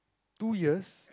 two years